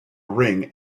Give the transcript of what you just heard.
ring